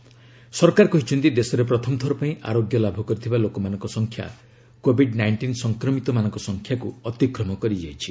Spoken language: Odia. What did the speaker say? ରିକଭରି ରେଟ୍ ସରକାର କହିଛନ୍ତି ଦେଶରେ ପ୍ରଥମଥର ପାଇଁ ଆରୋଗ୍ୟ ଲାଭ କରିଥିବା ଲୋକମାନଙ୍କ ସଂଖ୍ୟା କୋଭିଡ୍ ନାଇଷ୍ଟିନ୍ ସଂକ୍ରମିତମାନଙ୍କ ସଂଖ୍ୟାକୁ ଅତିକ୍ରମ କରିଯାଇଛି